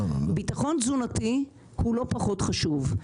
ביטחון תזונתי הוא לא פחות חשוב,